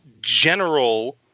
general